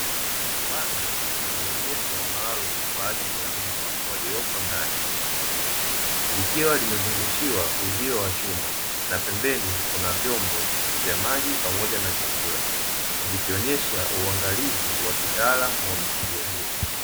Banda lililojengwa maalumu kwa ajili ya mbwa walioko ndani, likiwa limezungushiwa uzio wa chuma, na pembeni kuna vyombo vya maji pamoja na chakula, vikionyeha uangalizi wa kitaalamu wa mifugo hiyo.